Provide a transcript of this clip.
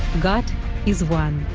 god is one